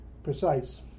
Precise